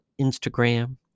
Instagram